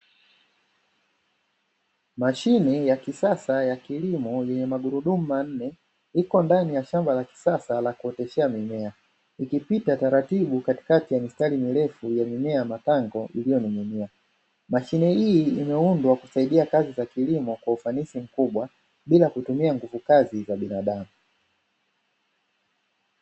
Mashine ya kisasa ya kilimo yenye magurudumu manne iko ndani ya shamba la kisasa la kuendeshea mimea ikipita taratibu katikati ya mistari mirefu ya mimea ya matango iliyoning'inia. Mashine hii imeundwa kusaidia kazi za kilimo kwa ufanisi mkubwa bila kutumia nguvu kazi za binadamu.